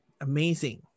amazing